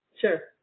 Sure